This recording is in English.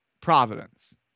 Providence